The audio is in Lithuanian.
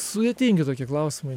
sudėtingi tokie klausimai